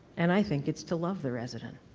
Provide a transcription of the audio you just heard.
and i think it's to love the resident,